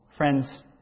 Friends